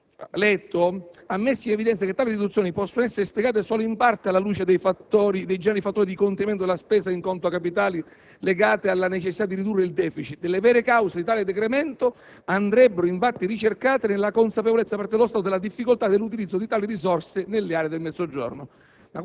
ha messo in evidenza che tali riduzioni possono essere spiegate solo in parte alla luce dei generali fattori di contenimento della spesa in conto capitale, legati alla necessità di ridurre il *deficit*: le vere cause di tale decremento andrebbero infatti ricercate nella consapevolezza, da parte dello Stato, della difficoltà nell'utilizzo di tali risorse nelle aree del Mezzogiorno.